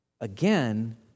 Again